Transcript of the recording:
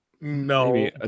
No